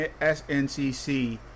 SNCC